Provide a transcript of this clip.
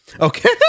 Okay